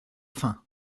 faim